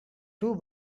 two